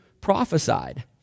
prophesied